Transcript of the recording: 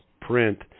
print